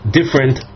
different